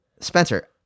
Spencer